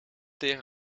tegen